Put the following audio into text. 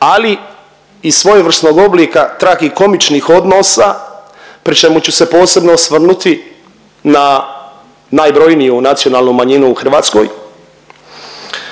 ali i svojevrsnog oblika tragikomičnih odnosa pri čemu ću se posebno osvrnuti na najbrojniju nacionalnu manjinu u Hrvatskoj